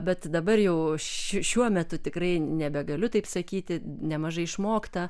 bet dabar jau šiuo metu tikrai nebegaliu taip sakyti nemažai išmokta